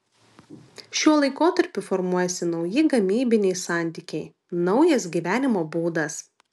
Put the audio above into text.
šiuo laikotarpiu formuojasi nauji gamybiniai santykiai naujas gyvenimo būdas